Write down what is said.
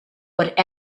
but